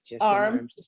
arm